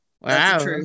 Wow